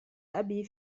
أبي